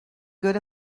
good